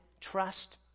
trust